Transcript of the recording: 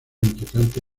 inquietante